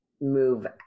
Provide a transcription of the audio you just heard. move